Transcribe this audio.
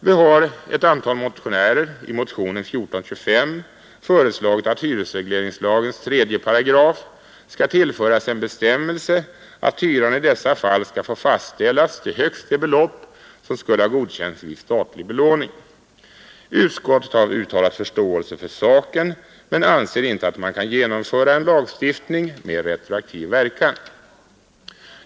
Vi har ett antal motionärer i motionen 1425 föreslagit att hyresregleringslagens 3 § skall tillföras en bestämmelse att hyran i dessa fall skall få fastställas till högst det belopp, som skulle ha godkänts vid statlig belåning. Utskottet har uttalat förståelse för saken men anser inte att man kan genomföra en lagstiftning med retroaktiv verkan.